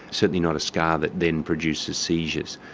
certainly not a scar that then produces seizures.